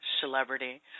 celebrity